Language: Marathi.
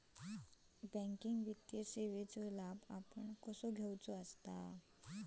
बँकिंग वित्तीय सेवाचो लाभ आपण कसो घेयाचो?